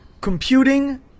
computing